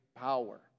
power